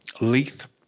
Leith